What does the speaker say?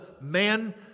man